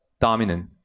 dominant